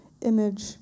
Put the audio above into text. image